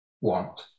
want